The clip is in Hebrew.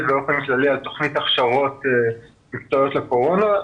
באופן כללי על תוכנית הכשרות בתקופת הקורונה.